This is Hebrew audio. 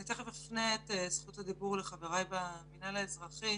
אני תיכף אפנה את זכות הדיבור לחבריי במינהל האזרחי,